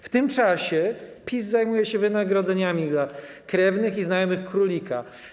W tym czasie PiS zajmuje się wynagrodzeniami dla krewnych i znajomych królika.